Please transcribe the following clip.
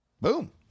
Boom